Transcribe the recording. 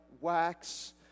wax